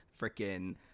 freaking